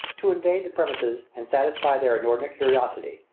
to invade the premises and satisfy their inordinate curiosity,